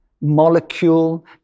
molecule